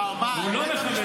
הוא לא מכבד את החוק.